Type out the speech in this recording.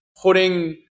putting